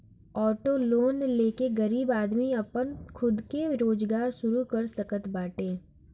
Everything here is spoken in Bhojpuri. ऑटो लोन ले के गरीब आदमी आपन खुद के रोजगार शुरू कर सकत बाटे